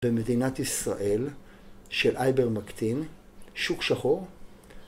במדינת ישראל של אייבר מקטין, שוק שחור